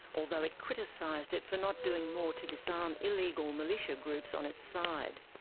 although it criticised it for not doing more to disarm illegal militia groups on its side.